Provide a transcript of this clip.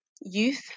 Youth